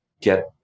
get